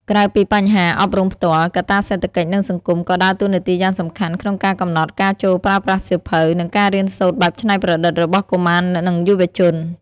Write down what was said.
ក្រៅពីបញ្ហាអប់រំផ្ទាល់ កត្តាសេដ្ឋកិច្ច និងសង្គម ក៏ដើរតួនាទីយ៉ាងសំខាន់ក្នុងការកំណត់ការចូលប្រើប្រាស់សៀវភៅ និងការរៀនសូត្របែបច្នៃប្រឌិតរបស់កុមារ និងយុវជន។